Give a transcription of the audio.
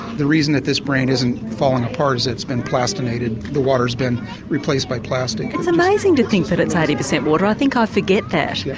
the reason that this brain isn't falling apart is that it's been plastinated, the water has been replaced by plastic. it's amazing to think that it's ah eighty percent water, i think i forget that. yeah